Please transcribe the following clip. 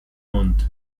montt